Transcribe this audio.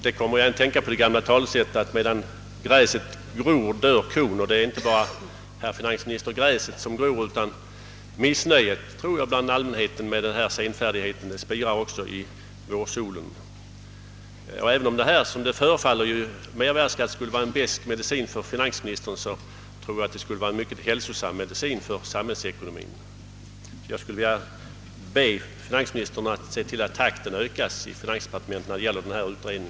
Jag kommer här att tänka på det gamla talesättet att »medan gräset gror dör kon». Det är inte bara gräset som gror, herr finansminister, utan jag tror också att missnöjet bland allmänheten spirar i vårsolen. Även om den föreslagna mervärdeskatten verkar vara en besk medicin för finansministern tror jag ändå att det vore en mycket hälsosam medicin för samhällsekonomin. takten i finansdepartementet när det gäller denna utredning.